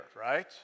right